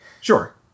Sure